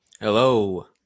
Hello